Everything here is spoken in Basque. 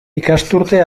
ikasturtea